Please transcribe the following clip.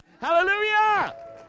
Hallelujah